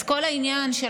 אז כל העניין של